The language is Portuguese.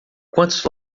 quantos